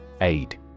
Aid